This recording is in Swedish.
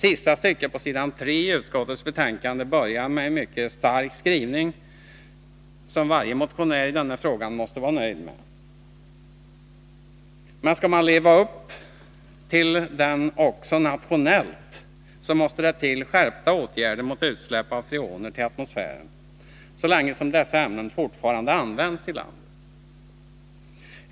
Sista stycket på s. 3 i utskottets betänkande börjar med en mycket stark skrivning som varje motionär i denna fråga måste vara nöjd med. Men skall man leva upp till den också nationellt, måste det till skärpta åtgärder mot utsläpp av freoner till atmosfären, så länge som dessa ämnen fortfarande används i landet.